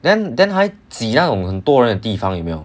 then then 还挤在很多人的地方有没有